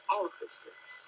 offices